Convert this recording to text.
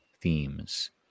themes